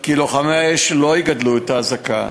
כי לוחמי האש לא יגדלו זקן,